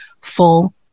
full